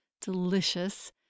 delicious